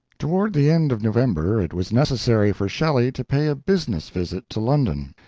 toward the end of november it was necessary for shelley to pay a business visit to london,